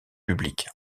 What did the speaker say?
public